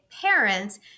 parents